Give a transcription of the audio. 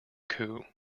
coup